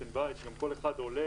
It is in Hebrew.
גם כל אחד עולה,